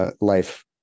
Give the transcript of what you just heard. life